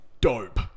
dope